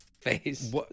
face